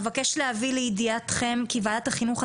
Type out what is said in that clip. אבקש להביא לידיעתכם כי ועדת החינוך,